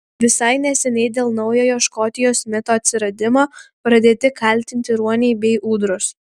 visai neseniai dėl naujojo škotijos mito atsiradimo pradėti kaltinti ruoniai bei ūdros